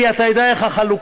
כי, אתה יודע איך החלוקה,